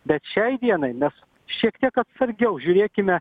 bet šiai dienai mes šiek tiek atsargiau žiūrėkime